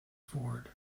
ford